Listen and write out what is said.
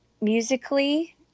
musically